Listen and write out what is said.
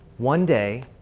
one day,